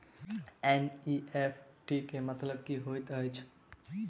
NEFT केँ मतलब की होइत अछि?